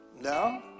no